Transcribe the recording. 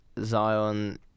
Zion